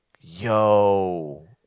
yo